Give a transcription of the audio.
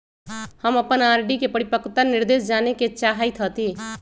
हम अपन आर.डी के परिपक्वता निर्देश जाने के चाहईत हती